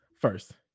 first